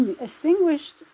Extinguished